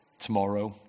tomorrow